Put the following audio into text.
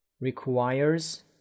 requires